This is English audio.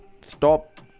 stop